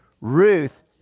Ruth